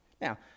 Now